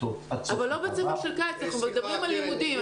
אבל לא בית ספר של קיץ, אנחנו מדברים על לימודים.